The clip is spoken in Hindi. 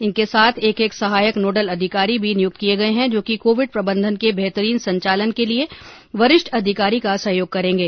इनके साथ एक एक सहायक नोडल अधिकारी भी नियुक्त किए गए है जो कि कोविड प्रबंधन के बेहतरीन संचालन के लिए वरिष्ठ अधिकारी का सहयोग करेंगे